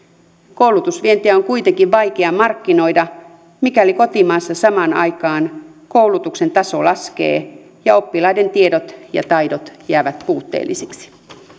koulutusvientiä on kuitenkin vaikea markkinoida mikäli kotimaassa samaan aikaan koulutuksen taso laskee ja oppilaiden tiedot ja taidot jäävät puutteellisiksi